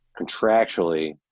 contractually